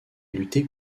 lutter